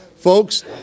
Folks